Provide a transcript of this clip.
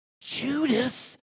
Judas